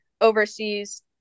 overseas